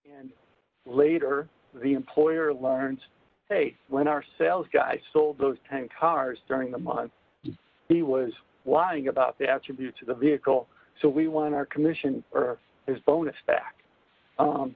and later the employer learns hey when our sales guy sold those ten cars during the month he was whining about the attributes of the vehicle so we won our commission or theirs bonus back